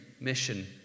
mission